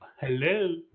Hello